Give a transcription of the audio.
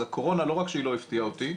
אז הקורונה הפתיעה אותי,